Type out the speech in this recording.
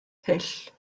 hyll